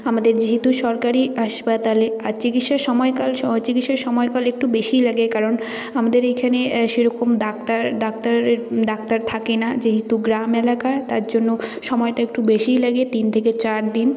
আমাদের যেহেতু সরকারি হাসপাতালে আর চিকিৎসার সময়কাল সহ চিকিৎসার সময়কাল একটু বেশি লাগে কারণ আমাদের এইখানে সেরকম ডাক্তার ডাক্তারের ডাক্তার থাকে না যেহেতু গ্রাম এলাকা তার জন্য সময়টা একটু বেশিই লাগে তিন থেকে চার দিন